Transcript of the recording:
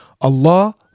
Allah